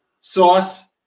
sauce